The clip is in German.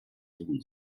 sohn